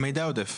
המידע העודף.